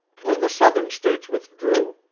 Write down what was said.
when the southern states withdrew,